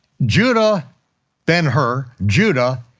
judah ben-hur, judah,